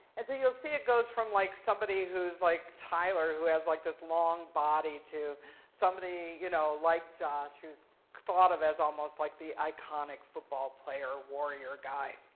you'll see it goes from like somebody who's like tyler, who has like this long body to somebody you know like josh who's thought of as almost like the iconic football player warrior guy.